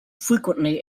frequently